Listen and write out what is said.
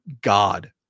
God